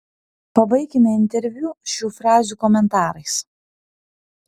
pabaikime interviu šių frazių komentarais